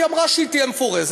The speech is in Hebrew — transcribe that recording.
היא אמרה שהיא תהיה מפורזת,